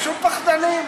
פשוט פחדנים.